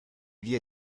wir